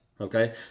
Okay